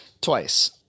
twice